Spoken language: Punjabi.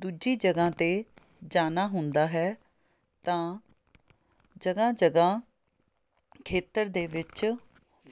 ਦੂਜੀ ਜਗ੍ਹਾ 'ਤੇ ਜਾਣਾ ਹੁੰਦਾ ਹੈ ਤਾਂ ਜਗ੍ਹਾ ਜਗ੍ਹਾ ਖੇਤਰ ਦੇ ਵਿੱਚ